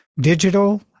digital